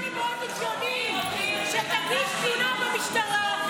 --- שתגיש תלונה במשטרה.